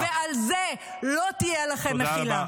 ועל זה לא תהיה לכם מחילה.